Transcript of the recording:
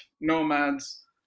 nomads